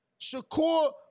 Shakur